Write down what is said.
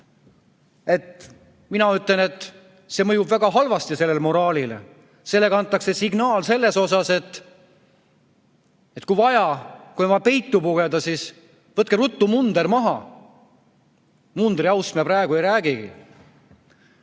Mina ütlen, et see mõjub väga halvasti moraalile. Sellega antakse signaal, et kui on vaja peitu pugeda, siis võtke ruttu munder maha. Mundriaust me praegu ei räägigi.